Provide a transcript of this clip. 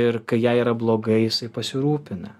ir kai jai yra blogai jisai pasirūpina